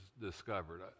discovered